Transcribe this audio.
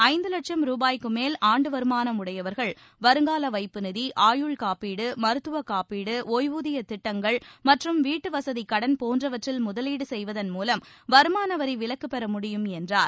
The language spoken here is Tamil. ஐந்து லட்சம் ரூபாய்க்கு மேல் ஆண்டு வருமானம் உடையவர்கள் வருங்கால வைப்புநிதி ஆயுள் காப்பீடு மருத்துவ காப்பீடு ஒய்வூதியத் திட்டங்கள் மற்றும் வீட்டு வசதிக்கடன் போன்றவற்றில் முதலீடு செய்வதன் மூலம் வருமானவரி விலக்கு பெற முடியும் என்றார்